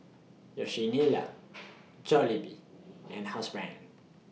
Jollibee and Housebrand